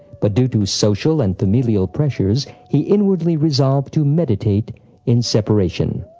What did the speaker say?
but due to social and familial pressures he inwardly resolved to meditate in separation.